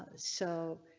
so